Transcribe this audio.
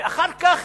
ואחר כך